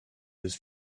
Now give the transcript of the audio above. his